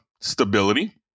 stability